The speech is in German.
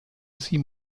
sie